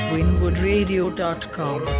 WinwoodRadio.com